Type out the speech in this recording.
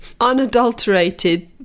unadulterated